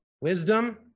wisdom